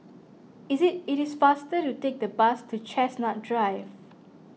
is it it is faster to take the bus to Chestnut Drive